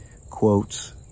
quotes